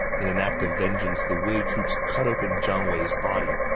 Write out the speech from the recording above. in an act of vengeance, the wei troops cut open jiang wei's body,